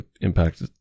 impact